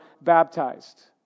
baptized